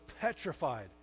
petrified